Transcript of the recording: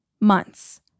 months